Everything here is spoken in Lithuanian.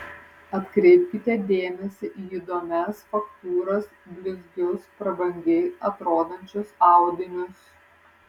atkreipkite dėmesį į įdomias faktūras blizgius prabangiai atrodančius audinius